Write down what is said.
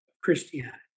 Christianity